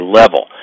level